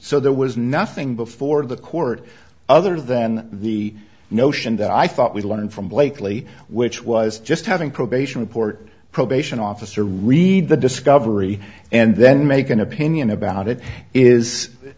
so there was nothing before the court other than the notion that i thought we learned from blakely which was just having probation report probation officer read the discovery and then make an opinion about it is